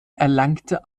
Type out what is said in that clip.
erlangte